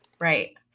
Right